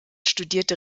studierte